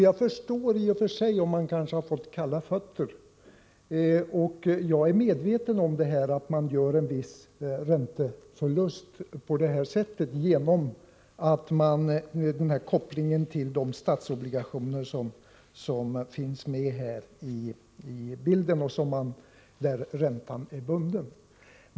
Jag förstår i och för sig om man har fått kalla fötter, och jag är medveten om att man gör en viss ränteförlust på grund av kopplingen till statsobligationer, där räntan är bunden.